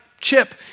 chip